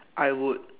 I would